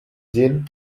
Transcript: gin